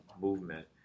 movement